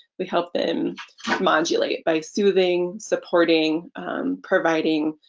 we help them modulate by soothing, supporting providing